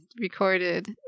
recorded